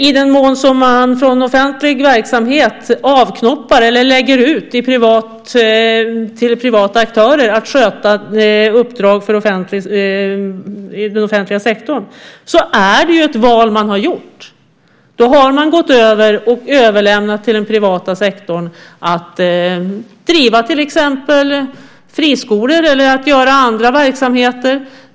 I den mån som man från offentlig verksamhet avknoppar eller lägger ut till privata aktörer att sköta uppdrag åt den offentliga sektorn är det ett val man har gjort. Då har man överlämnat till den privata sektorn att driva till exempel friskolor eller andra verksamheter.